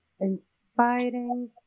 inspiring